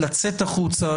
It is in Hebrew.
לצאת החוצה,